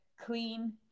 clean